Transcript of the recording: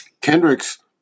Kendrick's